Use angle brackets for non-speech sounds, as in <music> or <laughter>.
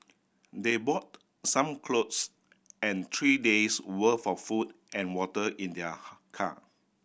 they bought some clothes and three days' worth of food and water in their <unintelligible> car